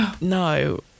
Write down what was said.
No